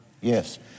Yes